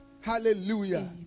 hallelujah